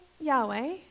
Yahweh